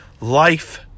life